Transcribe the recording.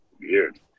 Weird